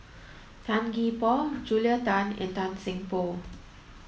Tan Gee Paw Julia Tan and Tan Seng Poh